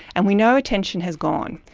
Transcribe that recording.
and we know attention has gone.